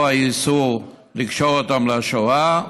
פה האיסור לקשור אותם לשואה,